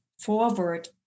forward